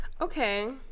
Okay